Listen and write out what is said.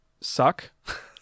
suck